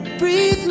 breathe